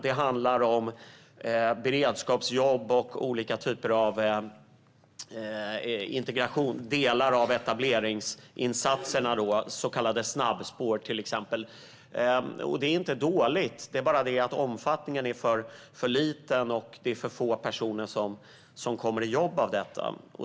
Det handlar om beredskapsjobb, olika typer av integration och delar av etableringsinsatserna, till exempel så kallade snabbspår. Det är inte dåligt. Det är bara det att omfattningen är för liten och att det är för få personer som kommer i jobb av detta.